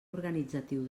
organitzatiu